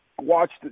watched